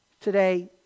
today